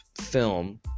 film